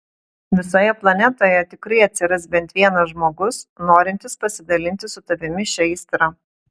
visoje planetoje tikrai atsiras bent vienas žmogus norintis pasidalinti su tavimi šia aistra